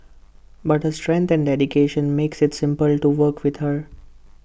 but her strength and dedication makes IT simple to work with her